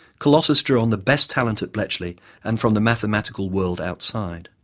colossus drew on the best talent at bletchley and from the mathematical world outside,